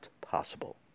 possible